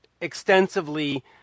extensively